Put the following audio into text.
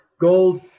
gold